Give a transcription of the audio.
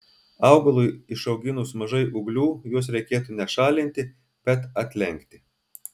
augalui išauginus mažai ūglių juos reikėtų ne šalinti bet atlenkti